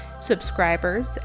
subscribers